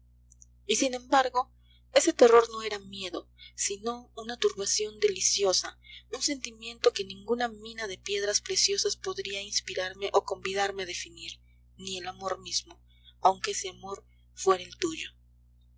y sin embargo ese terror no era miedo sino una turbación deliciosa un sentimiento que ninguna mina de piedras preciosas podría inspirarme o convidarme a definir ni el amor mismo aunque ese amor fuera el tuyo